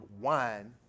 wine